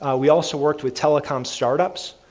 ah we also worked with telecom startups.